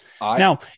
Now